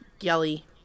yelly